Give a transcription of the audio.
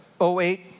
08